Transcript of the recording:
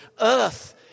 earth